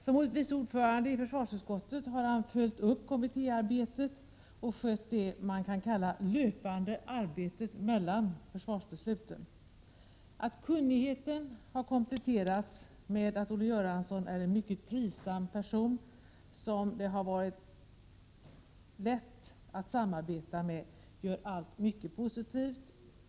Som vice ordförande i försvarsutskottet har Olle Göransson följt upp kommittéarbetet och svarat för vad som kan kallas den löpande verksamheten mellan försvarsbesluten. Olle Göranssons kunnighet kompletterad med det förhållandet att Olle Göransson är en mycket trivsam person, som det har varit lätt att samarbeta med, har gjort att vi upplevt honom på ett mycket positivt sätt.